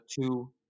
two